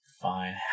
Fine